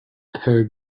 her